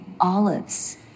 olives